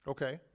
Okay